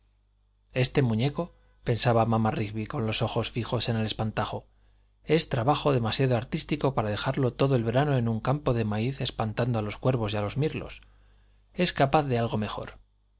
este muñeco pensaba mamá rigby con los ojos fijos en el espantajo es trabajo demasiado artístico para dejarlo todo el verano en un campo de maíz espantando a los cuervos y a los mirlos es capaz de algo mejor